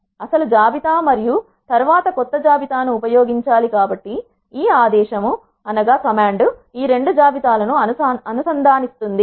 అసలు జాబితా మరియు తర్వాత కొత్త జాబితా ను ఉపయోగించాలి కాబట్టి ఈ ఆదేశం ఈ రెండు జాబితా లను అనుసంధానిస్తుంది